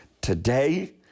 Today